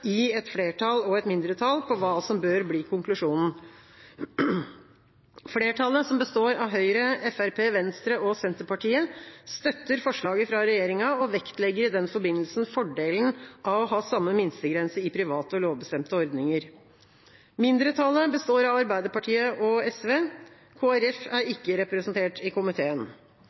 i et flertall og et mindretall om hva som bør bli konklusjonen. Flertallet, som består av Høyre, Fremskrittspartiet, Venstre og Senterpartiet, støtter forslaget fra regjeringa og vektlegger i den forbindelse fordelen av å ha samme minstegrense i private og lovbestemte ordninger. Mindretallet består av Arbeiderpartiet og SV. Kristelig Folkeparti er ikke representert i